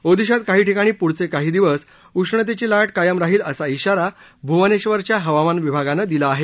ओदिशात काही ठिकाणी पुढचे काही दिवस उष्णतेची लाट कायम राहील असा शिवारा भुवनेश्वरच्या हवामान विभागानं दिला आहे